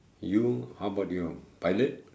you how about you pilot